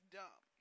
dumb